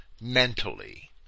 mentally